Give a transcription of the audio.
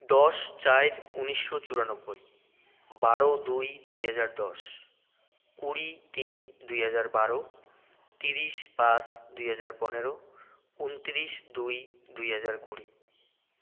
দশ চার উনিশশো চুরানব্বই বারো দুই দুই হাজার দশ কুড়ি তিন দুই হাজার বারো তিরিশ পাঁচ দুই হাজার পনেরো উনতিরিশ দুই দুই হাজার কুড়ি